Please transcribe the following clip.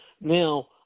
Now